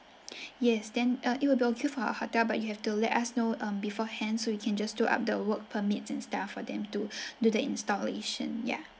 yes then uh it will be okay for our hotel but you have to let us know um beforehand so we can just do up the work permits and stuff for them to do the installation ya